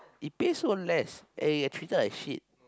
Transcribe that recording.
it pays so less and that printer like shit